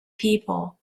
people